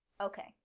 Okay